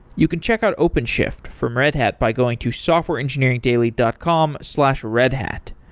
you can check out openshift from red hat by going to softwareengineeringdaily dot com slash redhat.